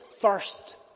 first